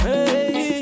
Hey